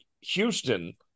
Houston